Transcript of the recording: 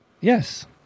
Yes